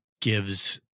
gives